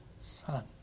son